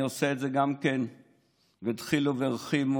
אני עושה את זה גם כן בדחילו ורחימו,